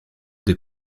des